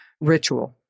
ritual